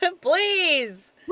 please